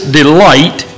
delight